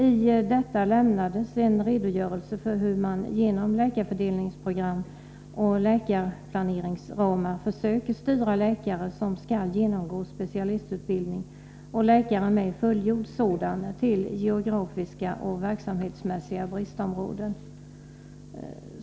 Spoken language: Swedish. I detta betänkande lämnades en redogörelse för hur man genom läkarfördelningsprogram och läkarplaneringsramar försökt styra läkare som skall genomgå specialistutbildning och läkare som fullgjort sådan till geografiska och verksamhetsmässiga bristområden.